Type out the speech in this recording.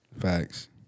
Facts